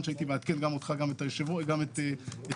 שהייתי מעדכן גם אותך וגם את תומר.